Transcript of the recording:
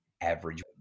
average